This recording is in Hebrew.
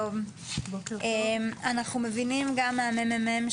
אנחנו מבינים גם ממרכז המחקר והמידע של הכנסת,